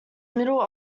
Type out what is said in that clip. middle